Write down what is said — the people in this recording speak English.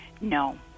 No